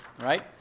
right